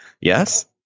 Yes